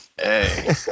Hey